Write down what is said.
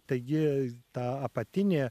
taigi ta apatinė